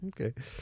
okay